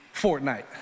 Fortnite